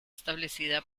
establecida